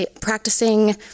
practicing